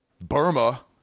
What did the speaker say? Burma